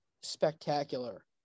spectacular